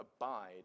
abide